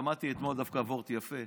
שמעתי אתמול דווקא וורט יפה: